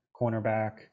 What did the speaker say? cornerback